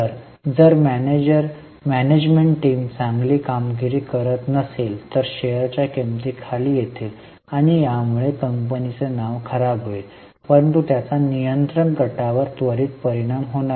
तर जर management team चांगली कामगिरी करत नसेल तर शेअरच्या किंमती खाली येतील आणि यामुळे कंपनीचे नाव खराब होईल परंतु त्याचा नियंत्रक गटावर त्वरित परिणाम होणार नाही